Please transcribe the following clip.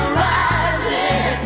rising